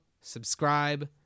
subscribe